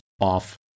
off